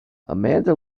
amanda